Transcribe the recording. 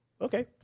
okay